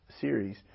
series